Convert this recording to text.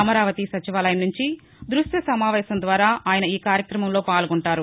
అమరావతి సచివాలయం నుంచి దృశ్య సమావేశం ద్వారా ఆయన ఈ కార్యక్రమంలో పాల్గొంటారు